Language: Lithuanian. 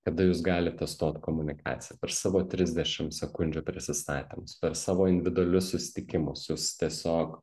kada jūs galit testuot komunikaciją per savo trisdešim sekundžių prisistatymus per savo individualius susitikimus jūs tiesiog